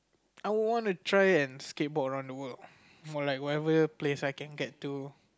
I would want and try and skateboard around the world more like whatever place I can get to